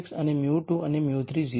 36 અને μ2 અને μ3 0 છે